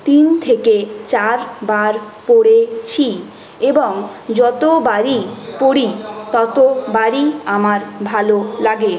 তিন থেকে চারবার পড়েছি এবং যতবারই পড়ি ততবারই আমার ভালো লাগে